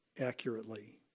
accurately